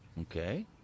Okay